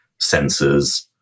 sensors